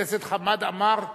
הכנסת חמד עמאר,